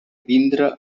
vindre